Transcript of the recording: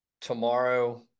tomorrow